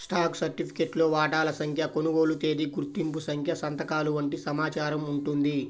stock సర్టిఫికేట్లో వాటాల సంఖ్య, కొనుగోలు తేదీ, గుర్తింపు సంఖ్య సంతకాలు వంటి సమాచారం ఉంటుంది